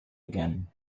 again